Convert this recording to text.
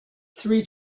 three